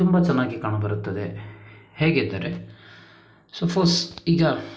ತುಂಬ ಚೆನ್ನಾಗಿ ಕಾಣಬರುತ್ತದೆ ಹೇಗೆಂದರೆ ಸಫ್ಫೋಸ್ ಈಗ